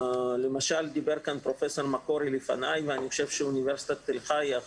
דיבר פרופסור מקורי ולדעתי אוניברסיטת תל חי,